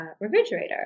refrigerator